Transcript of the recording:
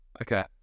Okay